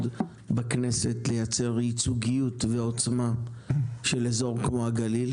בכנסת לייצר ייצוגיות ועוצמה של אזור כמו הגליל,